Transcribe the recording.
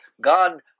God